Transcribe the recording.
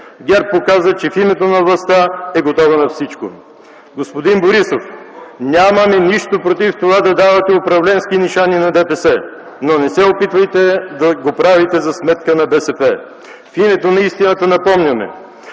ГЕРБ показа, че в името на властта е готова на всичко. Господин Борисов, нямаме нищо против това да давате управленски „нишани” на ДПС, но не се опитвайте да го правите за сметка на БСП! В името на истината напомняме: